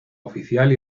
oficial